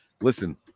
Listen